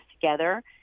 together